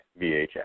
VHS